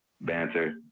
banter